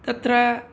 तत्र